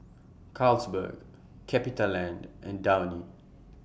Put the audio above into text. Carlsberg CapitaLand and Downy